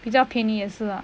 比较便宜也是啊